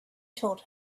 told